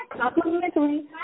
complimentary